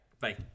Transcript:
Bye